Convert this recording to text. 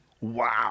Wow